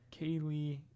Kaylee